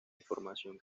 información